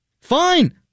fine